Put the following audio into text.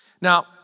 Now